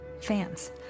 Fans